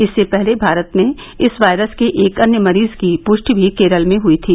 इससे पहले भारत में इस वायरस के एक अन्य मरीज की पुष्टि भी केरल में हुई थी